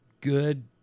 good